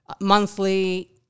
monthly